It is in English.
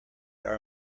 are